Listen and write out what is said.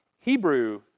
Hebrew